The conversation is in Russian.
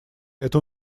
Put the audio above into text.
это